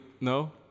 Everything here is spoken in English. No